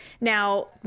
Now